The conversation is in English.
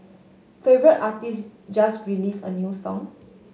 favour artist just release a new song